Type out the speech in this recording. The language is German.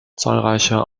zahlreiche